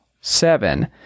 Seven